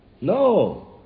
No